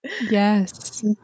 yes